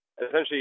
essentially